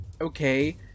okay